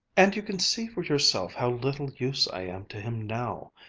and you can see for yourself how little use i am to him now.